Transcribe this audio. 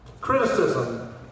Criticism